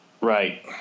Right